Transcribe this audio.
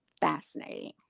fascinating